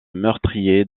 meurtriers